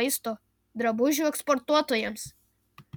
maisto drabužių eksportuotojams